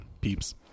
peeps